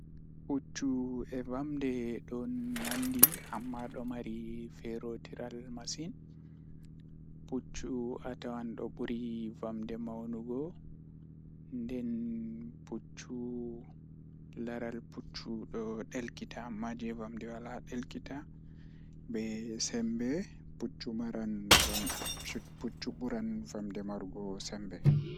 Puccu e vamde ɗon nanndi amma ɗon mari ferotiral masin. Puccu atawan ɗo buri vamde mawu nu go nden puccu leral puccu ɗon ɗelkita majje vamde wala ɗelkita be sembe puccu maran-- puccu ɓuran vamde morugo sembe.